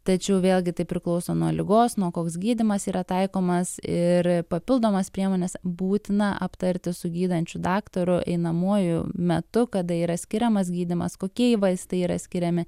tačiau vėlgi tai priklauso nuo ligos nuo koks gydymas yra taikomas ir papildomas priemones būtina aptarti su gydančiu daktaru einamuoju metu kada yra skiriamas gydymas kokie vaistai yra skiriami